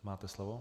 Máte slovo.